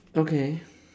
okay